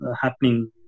happening